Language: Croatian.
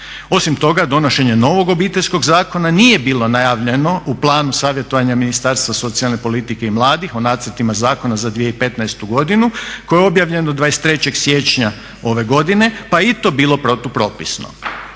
Osim toga donošenje novog Obiteljskog zakona nije bilo najavljeno u planu savjetovanja Ministarstva socijalne politike i mladih o nacrtima zakona za 2015.godinu koje je objavljeno 23.siječnja ove godine pa je i to bilo protupropisno.